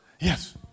Yes